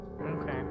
Okay